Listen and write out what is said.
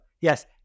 Yes